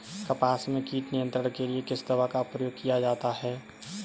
कपास में कीट नियंत्रण के लिए किस दवा का प्रयोग किया जाता है?